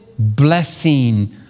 blessing